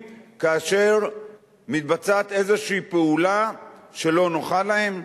כאשר מתבצעת איזושהי פעולה שלא נוחה להם?